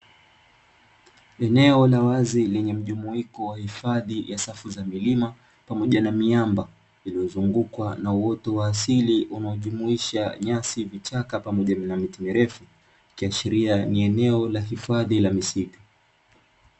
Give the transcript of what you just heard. Eneo la wazi lenye mjumuiko wa hifadhi ya safu za milima pamoja na miamba iliyozungukwa na uoto wa asili unaojumuisha nyasi, vichaka pamoja na miti mirefu ikiashiria ni eneo la hifadhi la misitu.